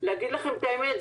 להגיד לכם את האמת,